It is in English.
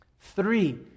Three